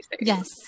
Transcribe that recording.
Yes